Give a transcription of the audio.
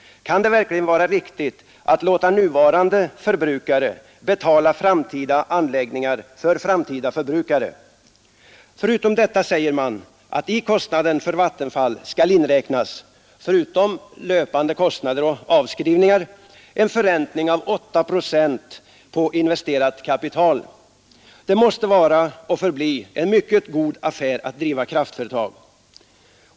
Kan det verkligen vara riktigt att låta nuvarande förbrukare betala framtida anläggningar för framtida förbrukare? Dessutom sägs att i kostnaden för Vattenfall skall inräknas — förutom löpande kostnader och avskrivningar — en förräntning med 8 procent på investerat kapital. Det måste vara och förbli en mycket god affär att driva kraftföretag!